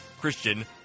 Christian